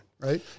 Right